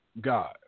God